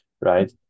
right